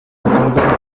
ibikorwa